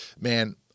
man